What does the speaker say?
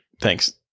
Thanks